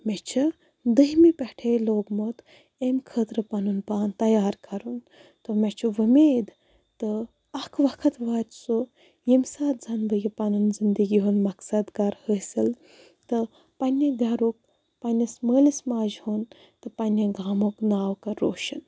مےٚ چھِ دٔہمہِ پٮ۪ٹھے لوگمُت ایٚمہِ خٲطرٕ پَنُن پان تیار کَرُن تہٕ مےٚ چھُ وُمید تہٕ اَکھ وقت واتہِ سُہ ییٚمہِ ساتہٕ زَنہٕ بہٕ یہِ پَنُن زِندگی ہُنٛد مقصد کَر حٲصِل تہٕ پنٛنہِ گَرُک پنٛنِس مٲلِس ماجہِ ہُنٛد تہٕ پنٛنہِ گامُک ناو کَر روشَن